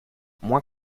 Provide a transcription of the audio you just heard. moins